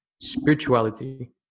spirituality